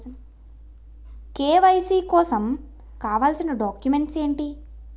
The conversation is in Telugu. కే.వై.సీ కోసం కావాల్సిన డాక్యుమెంట్స్ ఎంటి?